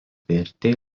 vertė